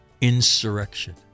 insurrection